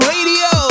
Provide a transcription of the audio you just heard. Radio